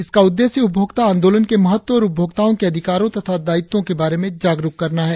इसका उद्देश्य उपभोक्ता आन्दोलन के महत्व और उपभोक्ताओं के अधिकारों तथा दायित्वों के बारे में जागरुक करना है